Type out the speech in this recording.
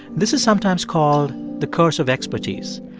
this is sometimes called the curse of expertise.